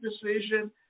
decision